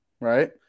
right